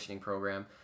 program